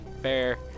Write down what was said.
fair